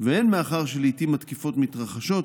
והן מאחר שלעיתים התקיפות מתרחשות